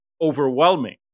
overwhelming